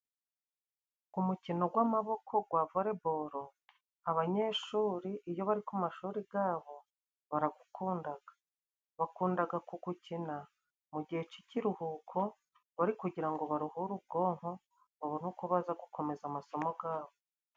Umukino gw'amaboko gwa volebolo abanyeshuri iyo bari ku mashuri gabo baragukundaga, bakundaga kugukina mu gihe c'ikiruhuko bari kugira ngo baruhure ubwonko, babone uko baza gukomeza amasomo gabo.